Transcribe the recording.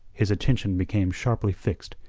his attention became sharply fixed.